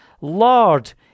Lord